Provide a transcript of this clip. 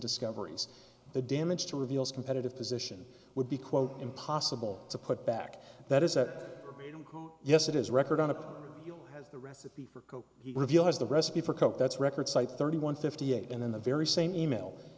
discoveries the damage to reveals competitive position would be quote impossible to put back that is a yes it is record on a as the recipe for coke he reveals the recipe for coke that's record site thirty one fifty eight and in the very same email